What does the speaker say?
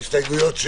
הסתייגות מס'